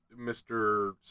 Mr